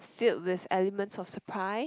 still with elements of surprise